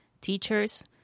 Teachers